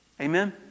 Amen